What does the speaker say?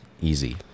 easy